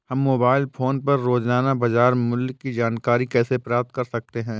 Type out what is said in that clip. हम mobile phone पर रोजाना बाजार मूल्य की जानकारी कैसे प्राप्त कर सकते हैं?